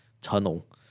tunnel